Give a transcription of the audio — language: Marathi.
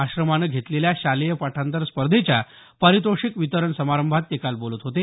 आश्रमाने घेतलेल्या शालेय पाठांतर स्पर्धेच्या पारितोषिक वितरण समारंभात ते काल बोलत होते